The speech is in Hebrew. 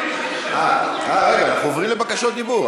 אה, רגע, אנחנו עוברים לבקשות דיבור.